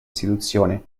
istituzione